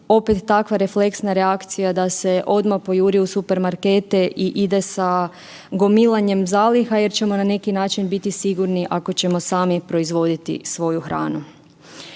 opet takva refleksna reakcija da se odmah pojuri u supermarkete i ide sa gomilanjem zaliha jer ćemo na neki način biti sigurni ako ćemo sami proizvoditi svoju hranu.